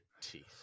teeth